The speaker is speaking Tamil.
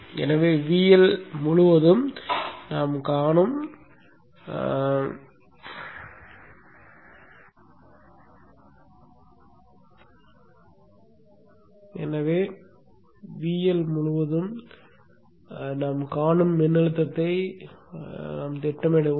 எனவே VL முழுவதும் நாம் காணும் மின்னழுத்தத்தைத் திட்டமிடுவோம்